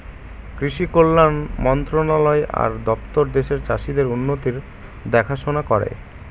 কৃষি কল্যাণ মন্ত্রণালয় আর দপ্তর দেশের চাষীদের উন্নতির দেখাশোনা করে